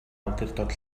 awdurdod